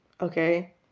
okay